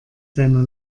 seiner